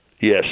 Yes